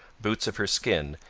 boots of her skin,